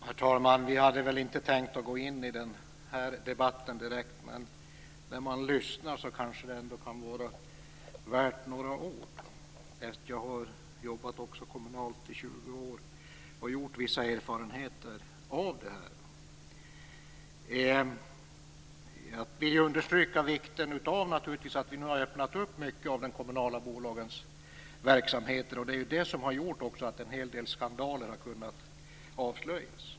Herr talman! Vi hade egentligen inte tänkt att gå in i den här debatten, men när man lyssnar kan det kanske ändå vara värt några ord. Jag har också jobbat kommunalt i 20 år och gjort vissa erfarenheter av detta. Jag vill understryka vikten av att vi nu har öppnat upp mycket av de kommunala bolagens verksamheter. Det är detta som har gjort att en hel del skandaler har kunnat avslöjas.